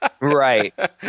right